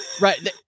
Right